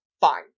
fine